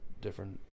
different